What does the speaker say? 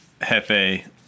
hefe